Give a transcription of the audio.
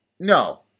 No